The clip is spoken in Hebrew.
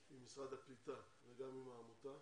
עם משרד הקליטה וגם עם העמותה.